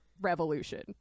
revolution